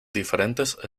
diferentes